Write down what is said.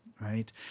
right